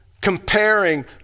comparing